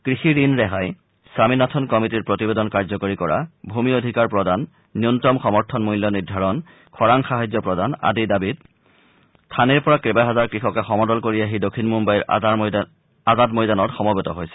কৃষি ঋণ ৰেহাই স্বামীনাথক কমিটিৰ প্ৰতিবেদন কাৰ্যকৰী কৰা ভূমি অধিকাৰ প্ৰদান ন্যনতম সমৰ্থন মূল্য নিৰ্ধাৰণ খৰাং সাহায্য প্ৰদান আদি দাবীত থানেৰ পৰা কেইবাহাজাৰ কৃষকে সমদল কৰি আহি দক্ষিণ মুমাইৰ আজাদ ময়দানত সমবেত হৈছিল